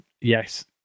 Yes